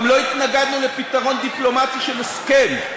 גם לא התנגדנו לפתרון דיפלומטי של הסכם.